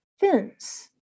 fins